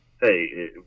hey